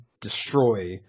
destroy